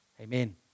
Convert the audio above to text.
Amen